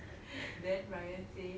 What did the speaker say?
then ryan say